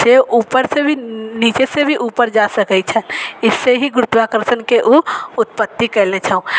सेब उपरसँ भी नीचेसँ भी उपर जा सकै छन इससे ही गुरुत्वाकर्षणके ओ उत्पत्ति कएले छौँ